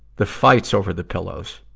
the fights over the pillows.